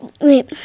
wait